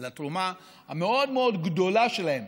על התרומה המאוד-מאוד גדולה שלהם